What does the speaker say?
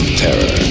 terror